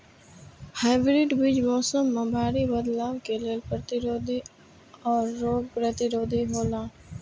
hybrid बीज मौसम में भारी बदलाव के लेल प्रतिरोधी और रोग प्रतिरोधी हौला